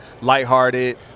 lighthearted